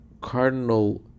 cardinal